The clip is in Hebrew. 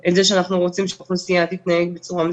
את זה שאנחנו רוצים שהאוכלוסייה תתנהג בצורה מסוימת.